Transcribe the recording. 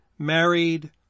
Married